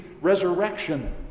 resurrection